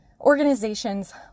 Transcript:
organizations